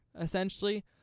essentially